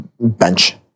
bench